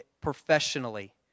professionally